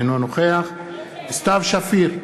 אינו נוכח סתיו שפיר,